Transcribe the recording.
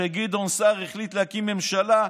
כשגדעון סער החליט להקים ממשלה,